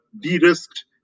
de-risked